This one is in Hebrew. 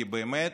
כי באמת,